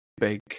big